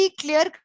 clear